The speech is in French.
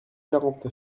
quarante